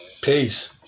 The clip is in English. Peace